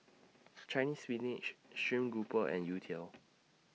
Chinese Spinach Stream Grouper and Youtiao